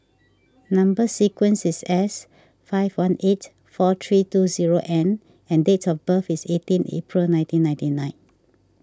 Number Sequence is S five one eight four three two zero N and date of birth is eighteen April nineteen ninety nine